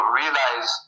realize